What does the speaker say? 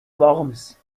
worms